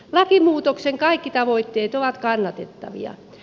lakimuutoksen kaikki tavoitteet ovat kannatettavia